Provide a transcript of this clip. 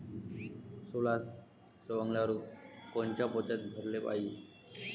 सोला सवंगल्यावर कोनच्या पोत्यात भराले पायजे?